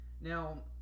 Now